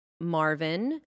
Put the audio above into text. Marvin